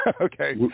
okay